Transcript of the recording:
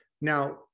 Now